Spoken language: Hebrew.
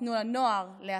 / תנו לנוער להחליט".